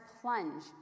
plunge